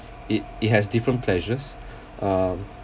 it it has different pleasures um